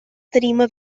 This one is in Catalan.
tarima